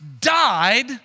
died